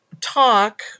talk